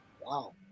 wow